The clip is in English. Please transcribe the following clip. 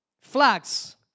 flags